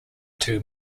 two